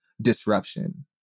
disruption